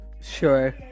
Sure